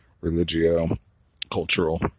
religio-cultural